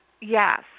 Yes